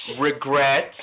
regret